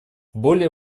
более